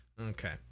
Okay